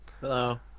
hello